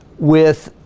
with